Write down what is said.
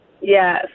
Yes